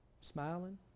Smiling